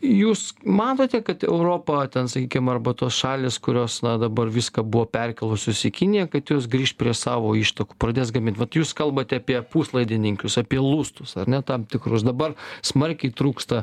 jūs matote kad europa ten sakykim arba tos šalys kurios na dabar viską buvo perkėlusios į kiniją kad jos grįš prie savo ištakų pradės gamint vat jūs kalbate apie puslaidininkius apie lustus ar ne tam tikrus dabar smarkiai trūksta